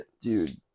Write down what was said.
dude